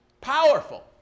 Powerful